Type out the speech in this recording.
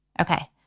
Okay